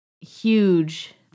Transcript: huge